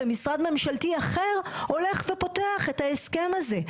ומשרד ממשלתי אחר הולך ופותח את ההסכם הזה.